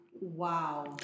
Wow